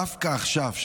דווקא עכשיו,